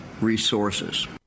resources